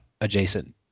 adjacent